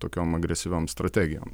tokiom agresyviom strategijom